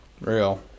Real